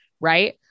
right